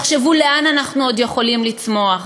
תחשבו לאן אנחנו עוד יכולים לצמוח.